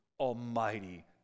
Almighty